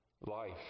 life